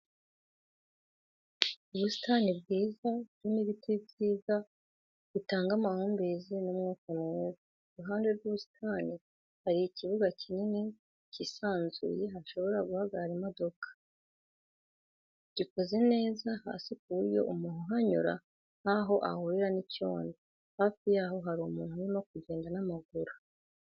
Ubusitani bwiza burimo ibiti byiza bitanga amahumbezi n'umwuka mwiza, iruhande rw'ubusitani hari ikibuga kinini cyisanzuye hashobora guhagarara imodoka, gikoze neza hasi ku buryo umuntu uhanyura ntaho ahurira n'icyondo. hafi yaho hari umuntu urimo kugenda n'amaguru.